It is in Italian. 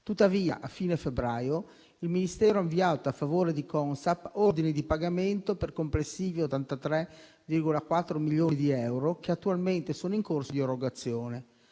Tuttavia, a fine febbraio, il Ministero ha avviato a favore di Consap ordini di pagamento per complessivi 83,4 milioni di euro, che attualmente sono in corso di erogazione.